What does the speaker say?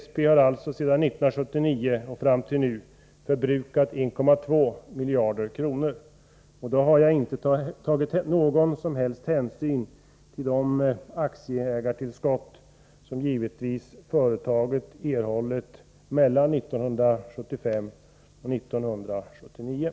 SP har alltså sedan 1979 och fram till nu förbrukat 1,2 miljarder kronor. Då har jag inte tagit någon som helst hänsyn till de aktieägartillskott som företaget givetvis erhållit mellan 1975 och 1979.